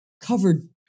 covered